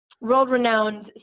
world-renowned